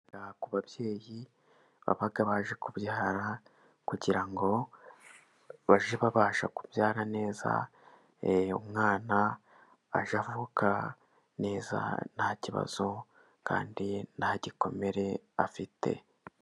Ku babyeyi baba baje kubyara kugira ngo bajye babasha kubyara neza, umwana ajye avuka neza ntakibazo, kandi nta gikomere afite.